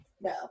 no